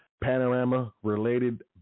panorama-related